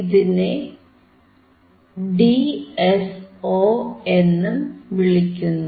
ഇതിനെ ഡിഎസ്ഒ എന്നും വിളിക്കുന്നു